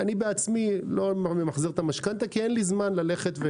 אני בעצמי לא ממחזר את המשכנתא כי אין לי זמן להסתובב